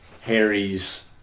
Harry's